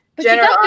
General